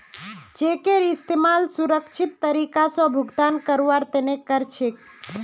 चेकेर इस्तमाल सुरक्षित तरीका स भुगतान करवार तने कर छेक